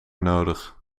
nodig